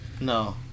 No